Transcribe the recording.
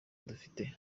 dufite